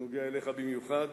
זה נוגע אליך במיוחד,